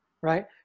right